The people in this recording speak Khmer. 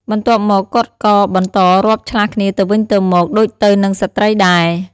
បន្ទាប់មក គាត់ក៏បន្តរាប់ឆ្លាស់គ្នាទៅវិញទៅមកដូចទៅនឹងស្ត្រីដែរ។